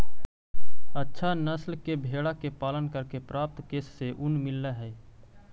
अच्छा नस्ल के भेडा के पालन करके प्राप्त केश से ऊन मिलऽ हई